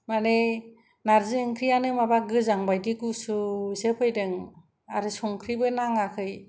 माने नारजि ओंख्रियानो माबा गोजां बायदि गुसुसो फैदों आरो संख्रिबो नाङाखै